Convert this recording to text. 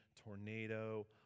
tornado